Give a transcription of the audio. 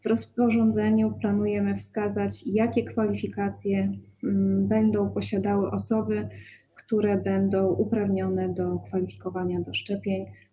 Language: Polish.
W rozporządzeniu planujemy wskazać, jakie kompetencje będą posiadały osoby, które będą uprawnione do kwalifikowania do szczepień.